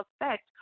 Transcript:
effect